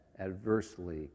adversely